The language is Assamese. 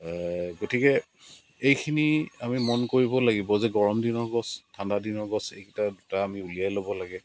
গতিকে এইখিনি আমি মন কৰিব লাগিব যে গৰম দিনৰ গছ ঠাণ্ডা দিনৰ গছ এইকেইটা দুটা আমি উলিয়াই ল'ব লাগে